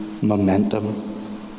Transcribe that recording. momentum